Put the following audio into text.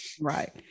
Right